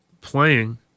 playing